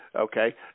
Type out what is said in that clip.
okay